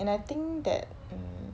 and I think that hmm